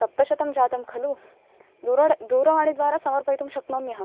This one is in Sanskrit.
सप्तशतं जातं खलु दूरवाणीद्वारा समर्पयितुं शक्नोमि अहम्